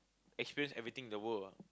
experience everything in the world ah